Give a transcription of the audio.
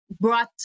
brought